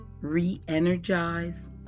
re-energize